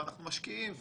אנחנו משקיעים,